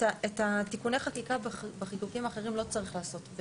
את תיקוני החקיקה בחיקוקים האחרים לא צריך לעשות,